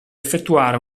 effettuare